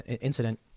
incident